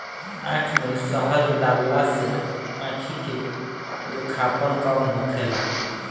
आँख में शहद डालला से आंखी के रूखापन कम होखेला